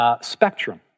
spectrum